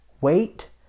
Wait